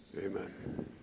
Amen